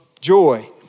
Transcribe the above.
joy